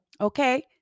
Okay